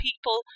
people